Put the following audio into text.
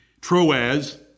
Troas